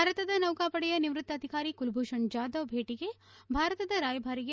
ಭಾರತದ ನೌಕಾಪಡೆಯ ನಿವೃತ್ತ ಅಧಿಕಾರಿ ಕುಲಭೂಷಣ್ ಜಾಧವ್ ಭೇಟಗೆ ಭಾರತದ ರಾಯಭಾರಿಗೆ